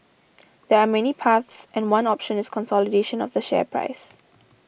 there are many paths and one option is consolidation of the share price